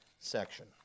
Section